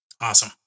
Awesome